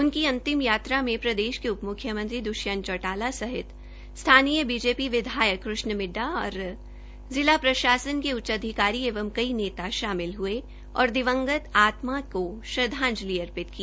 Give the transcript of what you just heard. उनकी अंतिम यात्रा में प्रदेश के उप मुख्यमंत्री द्ष्यंत चौटाला सहित स्थानीय बीजेपी विधायक कृष्ण मिड्डा और जिला प्रशासन के उच्च अधिकारी एवं कई नेता शामिल हये और दिवंगत आत्मा को श्रदांजलि अर्पित की